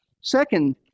Second